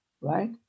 right